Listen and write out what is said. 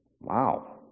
wow